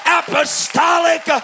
apostolic